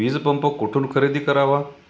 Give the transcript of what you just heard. वीजपंप कुठून खरेदी करावा?